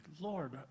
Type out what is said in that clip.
Lord